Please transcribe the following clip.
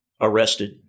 arrested